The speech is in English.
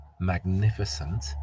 magnificent